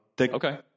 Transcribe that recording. okay